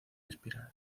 espiral